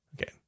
okay